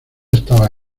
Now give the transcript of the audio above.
estaba